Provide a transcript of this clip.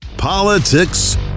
Politics